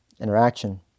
interaction